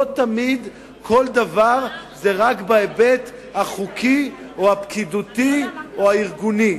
לא תמיד כל דבר הוא רק בהיבט החוקי או הפקידותי או הארגוני,